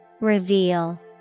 Reveal